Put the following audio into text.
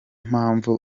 mpamvu